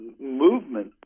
movement